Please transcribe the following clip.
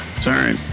sorry